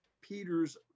Peter's